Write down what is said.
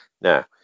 now